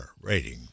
rating